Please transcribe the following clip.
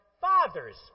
Father's